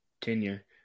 tenure